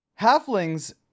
halflings